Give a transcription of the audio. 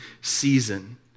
season